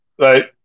Right